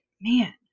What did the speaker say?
man